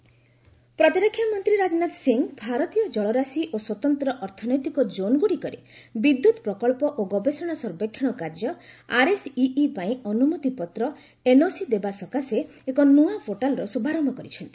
Rajnath NOC ପ୍ରତିରକ୍ଷା ମନ୍ତ୍ରୀ ରାଜନାଥ ସିଂହ ଭାରତୀୟ ଜଳରାଶି ଓ ସ୍ୱତନ୍ତ୍ର ଅର୍ଥନୈତିକ ଜୋନ୍ଗୁଡ଼ିକରେ ବିଦ୍ୟୁତ୍ ପ୍ରକଳ୍ପ ଓ ଗବେଷଣା ସର୍ବେକ୍ଷଣ କାର୍ଯ୍ୟ ଆର୍ଏସ୍ଇଇ ପାଇଁ ଅନୁମତିପତ୍ର ଏନ୍ଓସି ଦେବା ସକାଶେ ଏକ ନୂଆ ପୋର୍ଟାଲର ଶୁଭାରମ୍ଭ କରିଛନ୍ତି